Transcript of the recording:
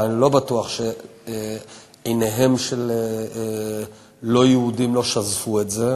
ואני לא בטוח שעיניהם של לא-יהודים לא שזפו את זה,